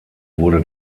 wurde